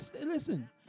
Listen